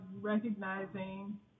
recognizing